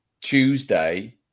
Tuesday